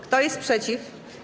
Kto jest przeciw?